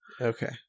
Okay